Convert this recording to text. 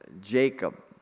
Jacob